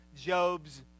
Job's